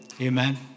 Amen